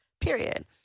Period